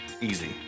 easy